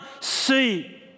see